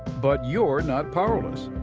but you're not powerless.